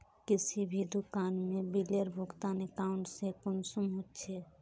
किसी भी दुकान में बिलेर भुगतान अकाउंट से कुंसम होचे?